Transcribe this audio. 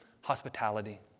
hospitality